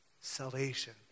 Salvation